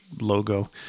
logo